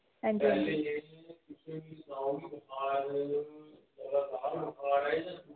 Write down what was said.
हां जी हां जी